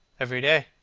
every day.